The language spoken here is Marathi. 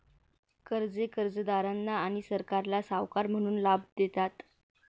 कर्जे कर्जदारांना आणि सरकारला सावकार म्हणून लाभ देतात